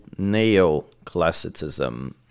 neoclassicism